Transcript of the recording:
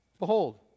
Behold